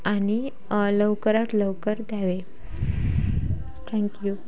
आणि लवकरात लवकर द्यावे थँक्यू